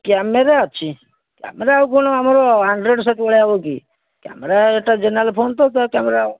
camera ଅଛି camera ଆଉ କ'ଣ ଆମର ଆଣ୍ଡ୍ରଏଡ଼୍ ସେଟ୍ ଭଳିଆ ହେବ କି କ୍ୟାମେରା ଏଇଟା ଜେନେରାଲ୍ ଫୋନ୍ ତ କ୍ୟାମେରା